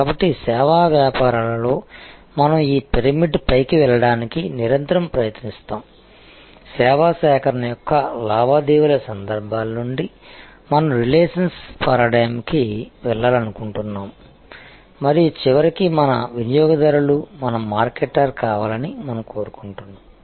కాబట్టి సేవా వ్యాపారాలలో మనం ఈ పిరమిడ్ పైకి వెళ్ళడానికి నిరంతరం ప్రయత్నిస్తాము సేవా సేకరణ యొక్క లావాదేవీల సందర్భాల నుండి మనం రిలేషనల్ పారాడైమ్ కి వెళ్లాలనుకుంటున్నాము మరియు చివరికి మన వినియోగదారులు మన మార్కెటర్ కావాలని మనం కోరుకుంటున్నాము